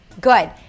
Good